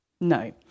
No